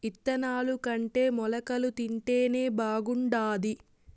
ఇత్తనాలుకంటే మొలకలు తింటేనే బాగుండాది